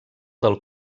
del